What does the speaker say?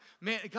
Man